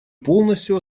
полностью